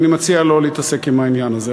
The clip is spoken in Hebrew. ואני מציע שלא להתעסק עם העניין הזה.